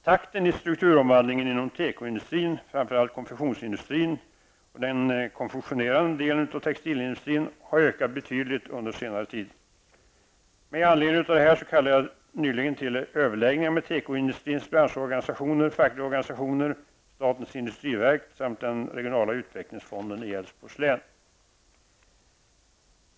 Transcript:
Takten i strukturomvandlingen inom tekoindustrin, framför allt konfektionsindustrin och den konfektionerande delen av textilindustrin, har ökat betydligt under senare tid. Med anledning av detta kallade jag nyligen till överläggningar med tekoindustrins branschorganisationer, fackliga organisationer, statens industriverk samt den regionala utvecklingsfonden i Älvsborgs län.